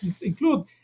include